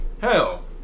Hell